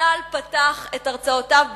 צה"ל פתח את הרצאותיו בפני,